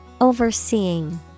Overseeing